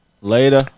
later